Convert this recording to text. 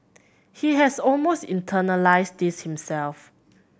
he has almost internalised this himself